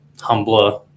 Humbler